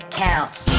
counts